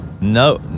No